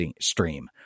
stream